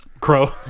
Crow